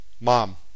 Mom